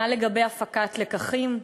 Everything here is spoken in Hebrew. מה לגבי הפקת לקחים?